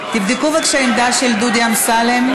כשירות רב ראשי והרכב האספה הבוחרת),